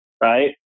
Right